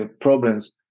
problems